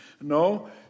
No